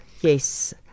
yes